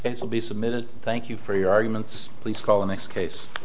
it will be submitted thank you for your arguments